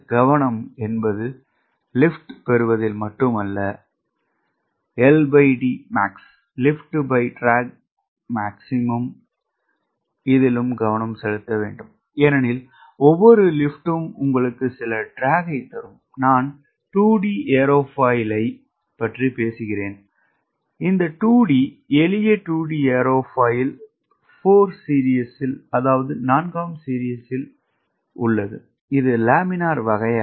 கவனம் என்பது லிப்ட் பெறுவதில் மட்டுமல்ல LD max கவனம் செலுத்த வேண்டும் ஏனெனில் ஒவ்வொரு லிப்டும் உங்களுக்கு சில ட்ராக் தரும் நான் 2 D ஏரோஃபாயில் பற்றி பேசுகிறேன் இந்த எளிய 2 D ஏரோஃபாயில் 4 சீரிஸ் போன்றது இது லேமினார் வகையிலல்ல